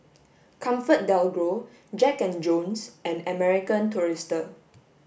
ComfortDelGro Jack and Jones and American Tourister